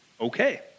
okay